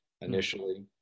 initially